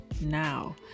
Now